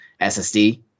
SSD